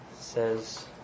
says